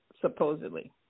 supposedly